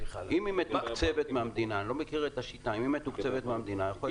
אם היא מתוקצבת מהמדינה - אני לא מכיר את השיטה יכול להיות שיש לה.